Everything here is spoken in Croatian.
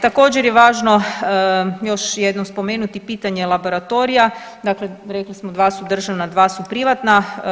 Također je važno još jednom spomenuti pitanje laboratorija, dakle rekli smo dva su državna, dva su privatna.